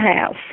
house